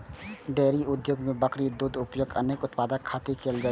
dairy उद्योग मे बकरी दूधक उपयोग अनेक उत्पाद खातिर कैल जाइ छै